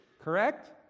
Correct